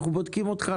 אנחנו בודקים אותך.